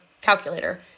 calculator